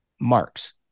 marks